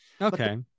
Okay